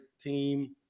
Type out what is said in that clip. team